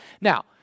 Now